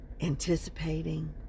anticipating